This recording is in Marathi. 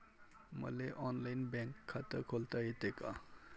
मले ऑनलाईन बँक खात खोलता येते का?